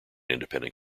independent